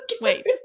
Wait